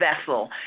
vessel